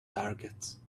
targets